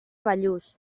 bellús